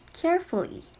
carefully